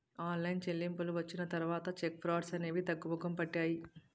online చెల్లింపులు వచ్చిన తర్వాత చెక్ ఫ్రాడ్స్ అనేవి తగ్గుముఖం పట్టాయి